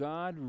God